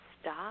stop